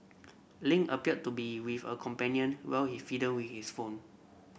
Lin appeared to be with a companion while he fiddled we his phone